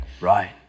Right